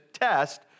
Test